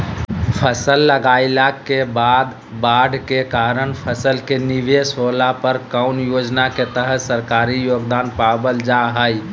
फसल लगाईला के बाद बाढ़ के कारण फसल के निवेस होला पर कौन योजना के तहत सरकारी योगदान पाबल जा हय?